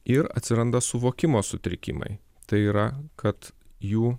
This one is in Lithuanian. ir atsiranda suvokimo sutrikimai tai yra kad jų